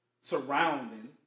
surrounding